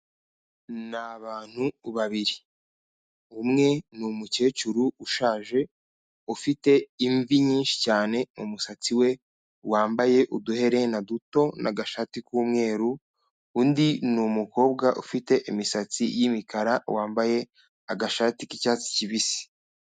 Ni abantu babiri, umwe ni umukecuru ushaje ufite imvi nyinshi cyane mu musatsi we wambaye uduherena duto n'agashati k'umweru, undi ni umukobwa ufite imisatsi y'imikara wambaye agashati k'icyatsi kibisi.